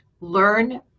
learn